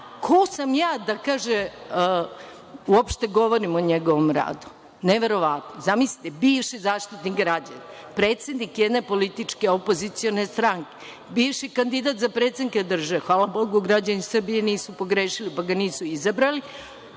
ko sam ja da uopšte govorim o njegovom radu. Neverovatno, zamislite, bivši Zaštitnik građana, predsednik jedne političke opozicione stranke, bivši kandidat za predsednika države. Hvala Bogu, građani Srbije nisu pogrešili, pa ga nisu izabrali,